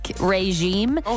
regime